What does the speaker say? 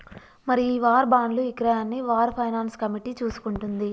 మరి ఈ వార్ బాండ్లు ఇక్రయాన్ని వార్ ఫైనాన్స్ కమిటీ చూసుకుంటుంది